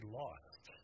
lost